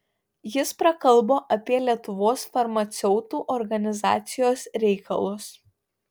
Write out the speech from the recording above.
jis prakalbo apie lietuvos farmaceutų organizacijos reikalus